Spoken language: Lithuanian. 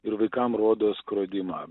ir vaikam rodo skrodimą